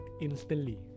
instantly